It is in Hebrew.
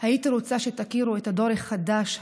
הייתי רוצה שתכירו את הדור החדש,